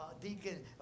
Deacon